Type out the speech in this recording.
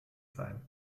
sein